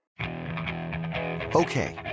Okay